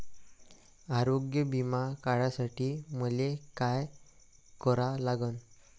आरोग्य बिमा काढासाठी मले काय करा लागन?